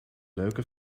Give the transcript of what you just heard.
leuke